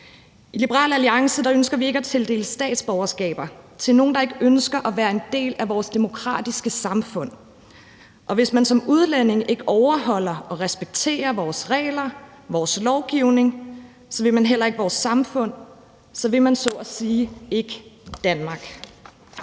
I Liberal Alliance ønsker vi ikke at tildele statsborgerskab til nogen, der ikke ønsker at være en del af vores demokratiske samfund, og hvis man som udlænding ikke overholder og respekterer vores regler og vores lovgivning, så vil man heller ikke vores samfund, og så vil man så at sige ikke Danmark.